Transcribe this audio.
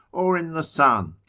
or in the sun,